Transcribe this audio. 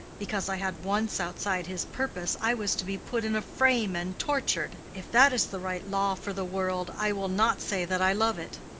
because i had wants outside his purpose, i was to be put in a frame and tortured. if that is the right law for the world, i will not say that i love it.